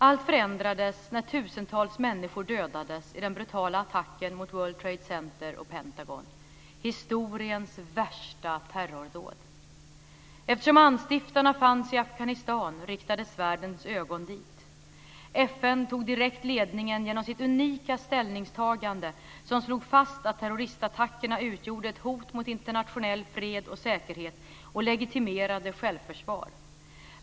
Allt förändrades när tusentals människor dödades i den brutala attacken mot World Trade Eftersom anstiftarna fanns i Afghanistan riktades världens ögon dit. FN tog direkt ledningen genom sitt unika ställningstagande, som slog fast att terroristattackerna utgjorde ett hot mot internationell fred och säkerhet och legitimerade självförsvar.